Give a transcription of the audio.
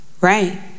right